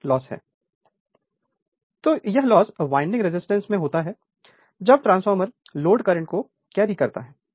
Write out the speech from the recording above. Refer Slide Time 1354 तो यह loss winding resistance में होता है जब ट्रांसफार्मर लोड करंट को कैरी करता है